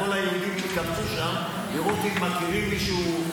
כל היהודים התרכזו שם לראות אם מכירים מישהו,